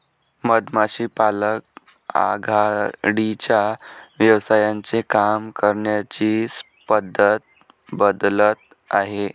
मधमाशी पालक आघाडीच्या व्यवसायांचे काम करण्याची पद्धत बदलत आहे